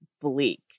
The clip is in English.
bleak